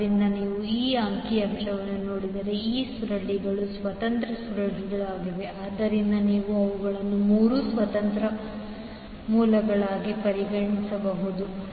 ಆದ್ದರಿಂದ ನೀವು ಈ ಅಂಕಿ ಅಂಶವನ್ನು ನೋಡಿದರೆ ಈ 3 ಸುರುಳಿಗಳು ಸ್ವತಂತ್ರ ಸುರುಳಿಗಳಾಗಿವೆ ಆದ್ದರಿಂದ ನೀವು ಅವುಗಳನ್ನು 3 ಸ್ವತಂತ್ರ ಮೂಲಗಳಾಗಿ ಪರಿಗಣಿಸಬಹುದು